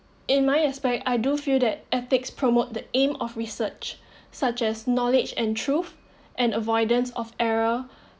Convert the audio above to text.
in my aspect I do feel that ethics promote the aim of research such as knowledge and truth and avoidance of error